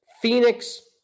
Phoenix